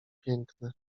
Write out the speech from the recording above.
piękne